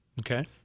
Okay